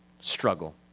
Struggle